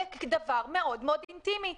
זה דבר מאוד מאוד אינטימי.